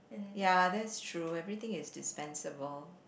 ya that's true everything is dispensable